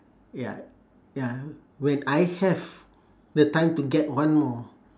ya ya when I have the time to get one more